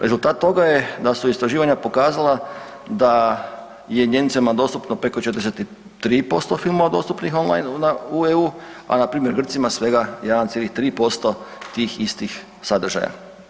Rezultat toga je da su istraživanja pokazala da je Nijemcima dostupno preko 43% filmova dostupnih online u EU, a npr. Grcima svega 1,3% tih istih sadržaja.